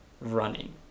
running